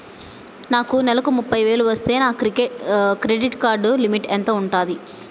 నాకు నెలకు ముప్పై వేలు వస్తే నా క్రెడిట్ కార్డ్ లిమిట్ ఎంత ఉంటాది?